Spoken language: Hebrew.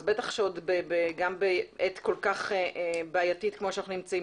אז בוודאי גם בעת בעייתית כל-כך כמו שאנחנו נמצאים